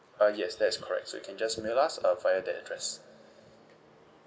uh yes that is correct so you can just mail us uh via the address